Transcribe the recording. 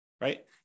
right